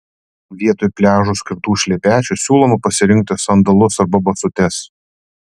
vietoj pliažui skirtų šlepečių siūloma pasirinkti sandalus arba basutes